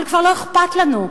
אבל כבר לא אכפת לנו,